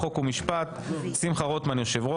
חוק ומשפט: שמחה רוטמן יו"ר,